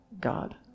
God